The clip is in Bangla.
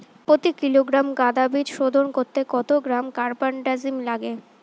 প্রতি কিলোগ্রাম গাঁদা বীজ শোধন করতে কত গ্রাম কারবানডাজিম লাগে?